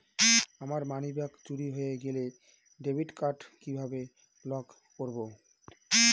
আমার মানিব্যাগ চুরি হয়ে গেলে ডেবিট কার্ড কিভাবে লক করব?